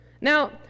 Now